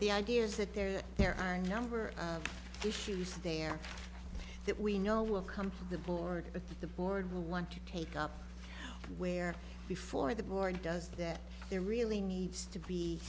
the idea is that there are there are a number of issues there that we know will come from the board but the board will want to take up where before the board does that there really needs to be